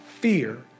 fear